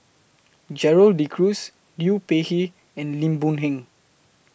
Gerald De Cruz Liu Peihe and Lim Boon Heng